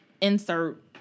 Insert